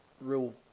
real